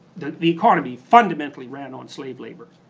the the economy fundamentally ran on slave labor,